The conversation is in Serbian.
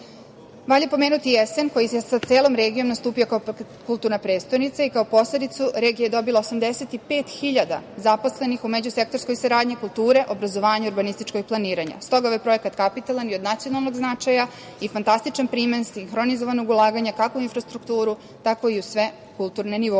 šest. Valja pomenuti i Esen, koji je sa celom regijom nastupio kao kulturna prestonica i kao posledicu regija je dobila 85 hiljada zaposlenih u međusektorskoj saradnji kulture, obrazovanja i urbanističkog planiranja. Stoga je ovaj projekat kapitalan i od nacionalnog značaja i fantastičan primer sinhronizovanog ulaganja, kako u infrastrukturu, tako i u sve kulturne nivoe. Ideja